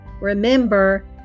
remember